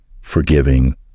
forgiving